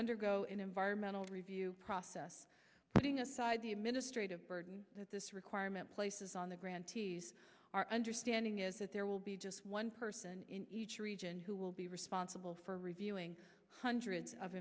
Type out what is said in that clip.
undergo an environmental review process putting aside the administrative burden that this requirement places on the grant ts our understanding is that there will be just one person in each region who will be responsible for reviewing hundreds of